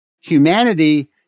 Humanity